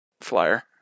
flyer